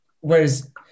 whereas